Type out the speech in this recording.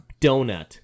donut